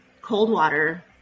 Coldwater